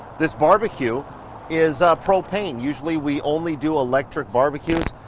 this barbecue is propane. usually we only do electric barbecues.